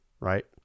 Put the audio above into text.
right